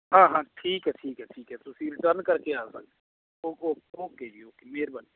ਹਾਂ ਹਾਂ ਠੀਕ ਹੈ ਠੀਕ ਹੈ ਠੀਕ ਹੈ ਤੁਸੀਂ ਰਿਟਰਨ ਕਰਕੇ ਆ ਸਕਦੇ ਹੋ ਓ ਓਕੇ ਜੀ ਓਕੇ ਮਿਹਰਬਾਨੀ